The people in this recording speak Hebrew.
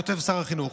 כותב שר החינוך,